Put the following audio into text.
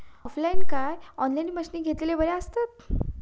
Online काय offline मशीनी घेतलेले बरे आसतात?